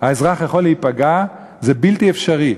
האזרח יכול להיפגע זה בלתי אפשרי.